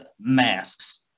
masks